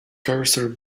cursor